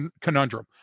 conundrum